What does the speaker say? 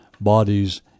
bodies